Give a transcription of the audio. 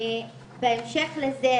בהמשך לזה,